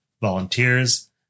volunteers